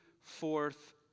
forth